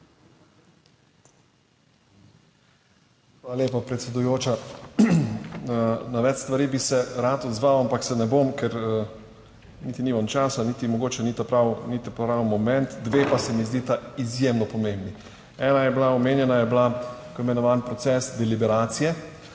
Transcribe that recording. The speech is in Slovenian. Hvala lepa, predsedujoča. Na več stvari bi se rad odzval, ampak se ne bom, ker niti nimam časa, niti mogoče ni pravi moment, dve pa se mi zdita izjemno pomembni. Ena je bila omenjena, je bila tako imenovani proces deliberacije.